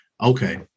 Okay